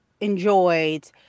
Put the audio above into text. enjoyed